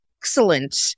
excellent